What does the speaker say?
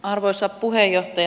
arvoisa puheenjohtaja